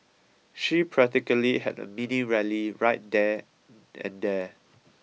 she practically had a mini rally right then and there